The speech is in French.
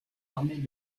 armées